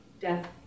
death